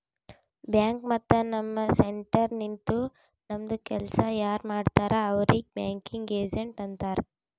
bank ಮತ್ತ ನಮ್ centre ನಿಂತು ನಮ್ದು ಕೆಲ್ಸಾ ಯಾರ್ ಮಾಡ್ತಾರ್ ಅವ್ರಿಗ್ ಬ್ಯಾಂಕಿಂಗ್ ಏಜೆಂಟ್ ಅಂತಾರ್